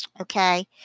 okay